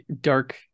dark